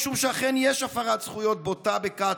משום שאכן יש הפרת זכויות בוטה בקטאר,